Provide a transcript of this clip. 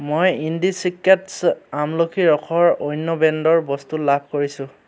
মই ইণ্ডি চিক্ৰেট্ছ আমলখিৰ ৰসৰ অন্য ব্ৰেণ্ডৰ বস্তু লাভ কৰিছোঁ